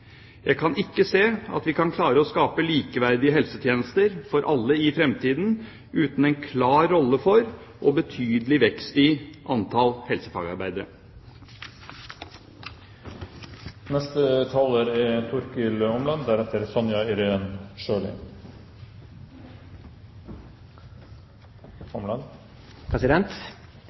Jeg kan ikke se at vi kan klare å skape likeverdige helsetjenester for alle i fremtiden uten en klar rolle for og betydelig vekst i antall